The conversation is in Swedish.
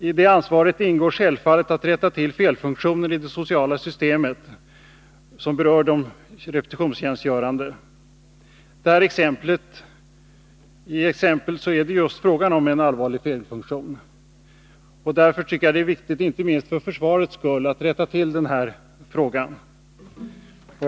I det ansvaret ingår självfallet att rätta till felfunktioner i det sociala system som berör de repetitionstjänstgörande. I det här exemplet är det just fråga om en allvarlig felfunktion. Därför tycker jag det är viktigt, inte minst för försvarets skull, att rätta till denna felfunktion.